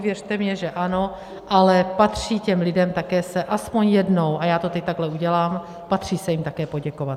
Věřte mně, že ano, ale patří těm lidem také se aspoň jednou, a já to teď takhle udělám, patří se jim také poděkovat.